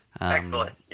Excellent